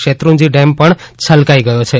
Shetrunji dam પણ છલકાઇ ગયો છે